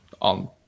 on